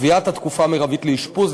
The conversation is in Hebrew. בקביעת התקופה המרבית לאשפוז,